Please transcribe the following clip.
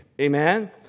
Amen